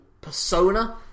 persona